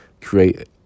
create